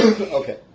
Okay